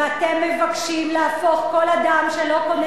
ואתם מבקשים להפוך כל אדם שלא קונה